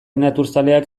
naturzaleak